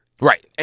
Right